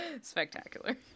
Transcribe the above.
Spectacular